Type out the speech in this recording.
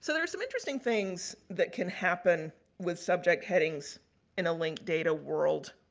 so, there's some interesting things that can happen with subject headings in a linked data world.